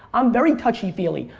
i'm very touchy-feely.